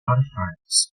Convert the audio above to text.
artifacts